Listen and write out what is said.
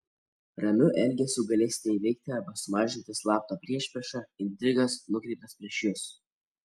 ramiu elgesiu galėsite įveikti arba sumažinti slaptą priešpriešą intrigas nukreiptas prieš jus